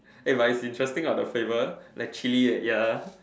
eh but it's interesting what the flavor like chili eh ya